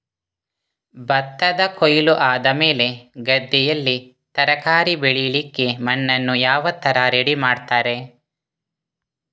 ಭತ್ತದ ಕೊಯ್ಲು ಆದಮೇಲೆ ಗದ್ದೆಯಲ್ಲಿ ತರಕಾರಿ ಬೆಳಿಲಿಕ್ಕೆ ಮಣ್ಣನ್ನು ಯಾವ ತರ ರೆಡಿ ಮಾಡ್ತಾರೆ?